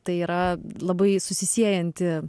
tai yra labai susisiejanti